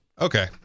Okay